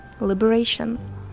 liberation